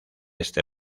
este